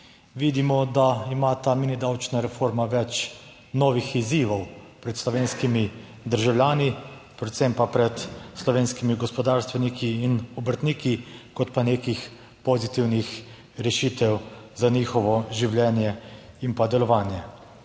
vidimo, da ima ta mini davčna reforma več novih izzivov pred slovenskimi državljani, predvsem pa pred slovenskimi gospodarstveniki in obrtniki kot pa nekih pozitivnih rešitev za njihovo življenje in delovanje.